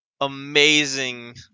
amazing